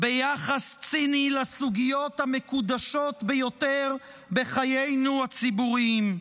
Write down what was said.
ביחס ציני לסוגיות המקודשות ביותר בחיינו הציבוריים,